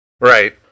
Right